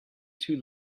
too